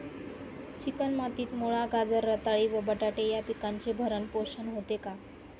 Chicken मातीत मुळा, गाजर, रताळी व बटाटे या पिकांचे भरण पोषण होते का?